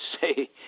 say